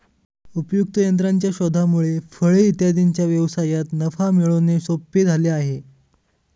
उपयुक्त यंत्राच्या शोधामुळे फळे इत्यादींच्या व्यवसायात नफा मिळवणे सोपे झाले आहे